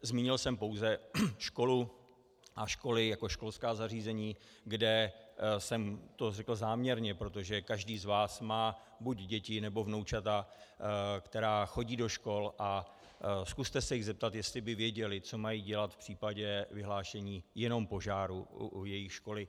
Zmínil jsem pouze školu a školy jako školská zařízení, kde jsem to řekl záměrně, protože každý z vás má buď děti, nebo vnoučata, která chodí do škol, a zkuste se jich zeptat, jestli by věděly, co mají dělat v případě vyhlášení jenom požáru jejich školy.